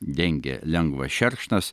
dengia lengvas šerkšnas